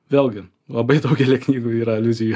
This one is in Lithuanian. vėlgi labai daugelyje knygų yra aliuzijų